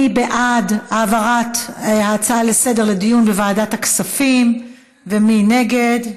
מי בעד העברת ההצעה לסדר-היום לדיון בוועדת הכספים ומי נגד?